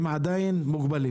הם עדיין מוגבלים